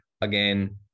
again